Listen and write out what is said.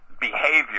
behavior